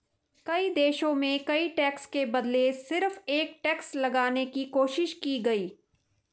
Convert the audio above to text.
कई देशों में कई टैक्स के बदले सिर्फ एक टैक्स लगाने की कोशिश की गयी